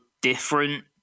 different